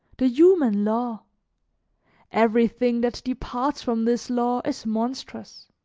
the human law everything that departs from this law is monstrous.